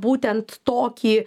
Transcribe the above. būtent tokį